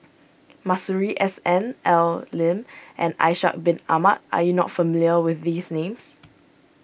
Masuri S N Al Lim and Ishak Bin Ahmad are you not familiar with these names